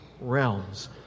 realms